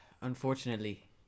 unfortunately